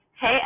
hey